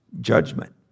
judgment